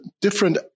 different